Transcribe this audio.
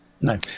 No